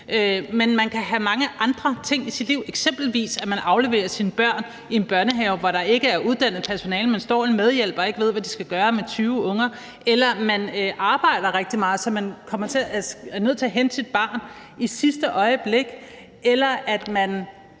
Men man kan have mange andre ting i sit liv, eksempelvis at man afleverer sine børn i en børnehave, hvor der ikke er uddannet personale, men hvor der står en medhjælper, som ikke ved, hvad man skal gøre med 20 unger, eller at man arbejder rigtig meget, så man er nødt til at hente sit barn i sidste øjeblik, eller at man